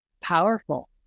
Powerful